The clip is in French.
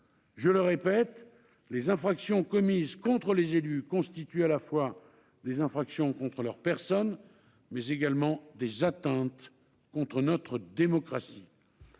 Je le répète, les infractions commises contre les élus constituent à la fois des infractions contre leurs personnes et des atteintes à notre démocratie.